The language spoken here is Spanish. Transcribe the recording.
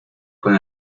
con